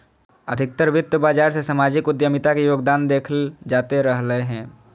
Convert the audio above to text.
अधिकतर वित्त बाजार मे सामाजिक उद्यमिता के योगदान देखल जाते रहलय हें